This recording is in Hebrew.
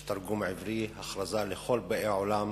יש תרגום עברי: הכרזה לכל באי עולם